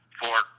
four